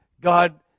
God